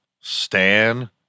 Stan